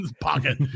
pocket